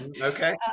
okay